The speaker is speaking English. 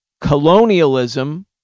colonialism